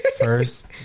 first